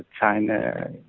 China